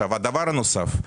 הדבר הנוסף: